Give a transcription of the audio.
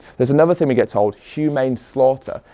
there's another thing we get told humane slaughter.